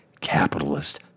capitalist